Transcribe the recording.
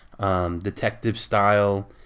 detective-style